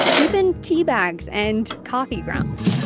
even tea bags and coffee grounds